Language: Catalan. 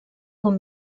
com